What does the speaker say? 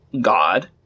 God